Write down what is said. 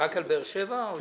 רק על באר שבע או שעוד עיר?